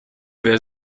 wer